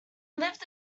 lived